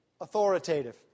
authoritative